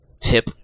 tip